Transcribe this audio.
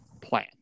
plan